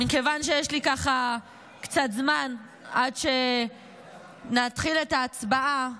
מכיוון שיש לי קצת זמן עד שנתחיל את ההצבעה,